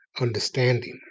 understanding